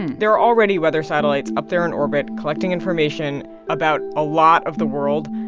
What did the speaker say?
there are already weather satellites up there in orbit collecting information about a lot of the world.